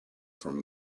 from